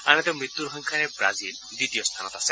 আনহাতে মৃত্যুৰ সংখ্যাৰে ৱাজিল দ্বিতীয় স্থানত আছে